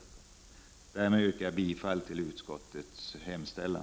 3 Därmed yrkar jag bifall till utskottets hemställan.